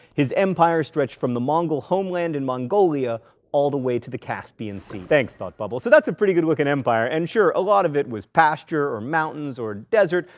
his empire stretched from the mongol homeland in mongolia all the way to the caspian sea. thanks, thought bubble. so that's a pretty good looking empire, and sure a lot of it was pasture or mountains or desert,